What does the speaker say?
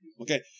Okay